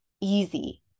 easy